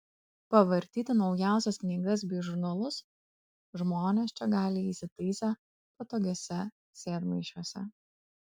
pavartyti naujausias knygas bei žurnalus žmonės čia gali įsitaisę patogiuose sėdmaišiuose